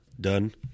done